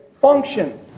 function